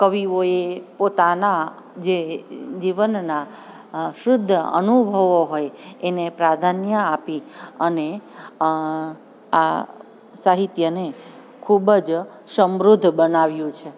કવિઓએ પોતાના જે જીવનના શુદ્ધ અનુભવો હોય એને પ્રાધાન્ય આપી અને આ સાહિત્યને ખૂબ જ સમૃદ્ધ બનાવ્યું છે